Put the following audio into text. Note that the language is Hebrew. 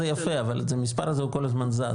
המונח הזה יפה אבל המספר הזה כל הזמן זז.